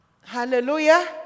Hallelujah